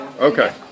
okay